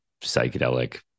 psychedelic